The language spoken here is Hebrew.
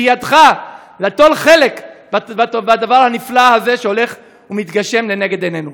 בידך ליטול חלק בדבר הנפלא הזה שהולך ומתגשם לנגד עינינו.